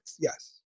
Yes